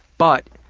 but,